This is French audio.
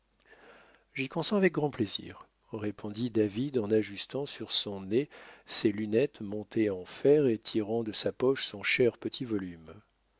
j'y consens avec grand plaisir répondit david en ajustant sur son nez ses lunettes montées en fer et tirant de sa poche son cher petit volume